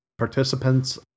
participants